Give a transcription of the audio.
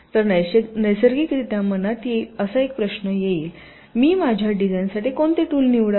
तर नैसर्गिकरित्या मनात येईल असा एक प्रश्न "मी माझ्या डिझाइनसाठी कोणते टूल निवडावे